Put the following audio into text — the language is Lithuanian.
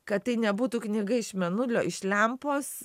kad tai nebūtų knyga iš mėnulio iš lempos